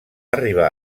arribar